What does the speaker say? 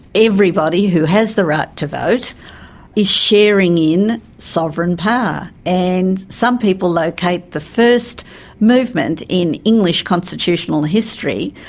everybody who has the right to vote is sharing in sovereign power. and some people locate the first movement in english constitutional history,